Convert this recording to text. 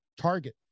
Target